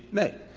may.